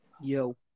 Yo